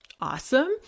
Awesome